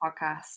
podcast